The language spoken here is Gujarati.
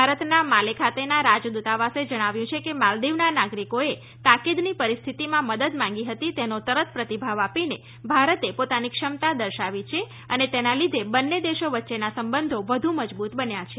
ભારતના માલે ખાતાના રાજદ્રતાવાસે જણાવ્યું છે કે માલદીવના નાગરિકોએ તાકીદની પરિસ્થિતિમાં મદદ માગી હતી તેનો તરત પ્રતિભાવ આપીને ભારતે પોતાની ક્ષમતા દર્શાવી છે અને તેના લીધે બંને દેશો વચ્ચેના સંબંધો વધુ મજબૂત બન્યા છે